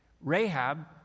Rahab